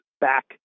back